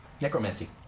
necromancy